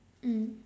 mm